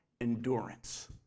endurance